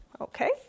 Okay